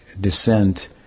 descent